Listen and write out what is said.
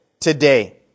today